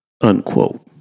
unquote